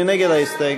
מי נגד ההסתייגות?